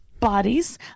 bodies